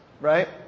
Right